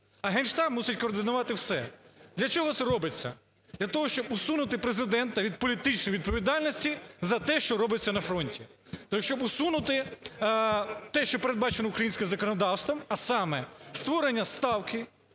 А Генштаб мусить координувати все. Для чого це робиться? Для того, щоб усунути Президента від політичної відповідальності за те, що робиться на фронті. Та щоб усунути те, що передбачено українським законодавством, а саме: створення ставки